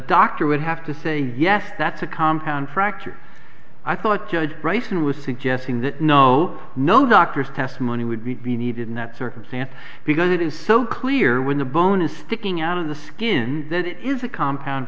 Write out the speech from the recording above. doctor would have to say yes that's a compound fracture i thought judge bryson was suggesting that no no doctors testimony would be needed in that circumstance because it is so clear when the bone is sticking out of the skin that it is a compound